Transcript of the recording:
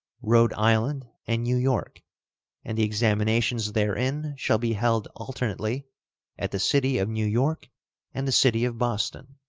rhode island, and new york and the examinations therein shall be held alternately at the city of new york and the city of boston,